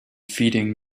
feeding